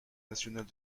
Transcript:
nationale